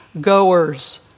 goers